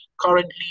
Currently